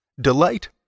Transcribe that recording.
Delight